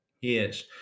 Yes